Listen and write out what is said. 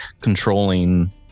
controlling